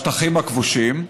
בשטחים הכבושים.